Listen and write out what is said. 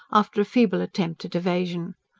after a feeble attempt at evasion.